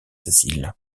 cécile